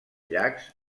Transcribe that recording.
llacs